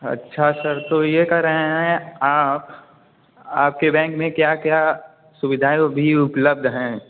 अच्छा सर तो ये कह रहे हैं आप आपके बैंक में क्या क्या सुविधाएँ ओ भी उपलब्ध हैं